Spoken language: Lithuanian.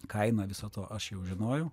kainą viso to aš jau žinojau